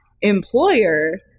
employer